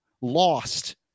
lost –